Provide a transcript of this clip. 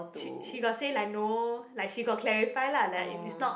she she got say like no like she got clarify lah like it's not